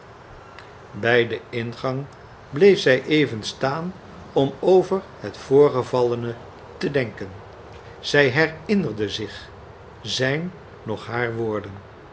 bij den ingang bleef zij even staan om over het voorgevallene te denken zij herinnerde zich zijn noch haar woorden